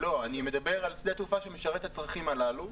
אני מדבר על שדה תעופה שמשרת את הצרכים הללו.